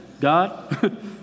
God